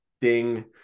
ding